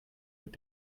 mit